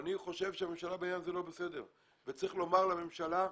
אני חושב שהממשלה בעניין הזה לא בסדר וצריך לומר לממשלה,